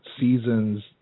seasons